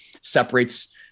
separates